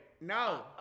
No